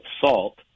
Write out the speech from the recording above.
salt